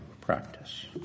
practice